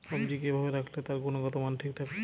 সবজি কি ভাবে রাখলে তার গুনগতমান ঠিক থাকবে?